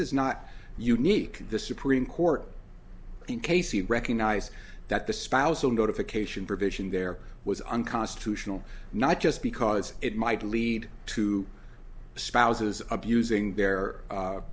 is not unique the supreme court in casey recognize that the spousal notification provision there was unconstitutional not just because it might lead to spouses abusing their